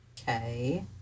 Okay